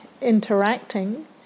interacting